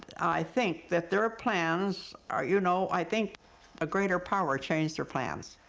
i think that their plans are, you know, i think a greater power changed their plans.